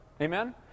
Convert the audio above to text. Amen